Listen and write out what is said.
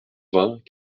vingt